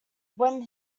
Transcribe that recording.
when